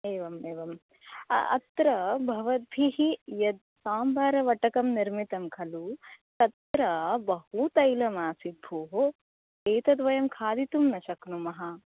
एवम् एवम् अत्र भवद्भिः यद् साम्बार् वटकं निर्मितं खलु तत्र बहु तैलमासीत् भोः एतद् वयं खादितुं न शक्नुमः